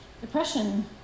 Depression